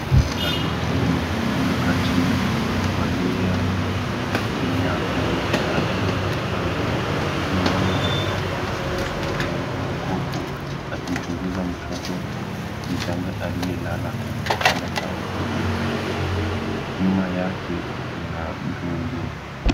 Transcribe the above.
Daktari wa kiume aliyekaa chini na kuvalia kinyago cha N95, miwani na stethoskopu akimchunguza mtoto mchanga aliyelala kwenye kitanda cha uchunguzi. Nyuma yake kuna mtu mwingine.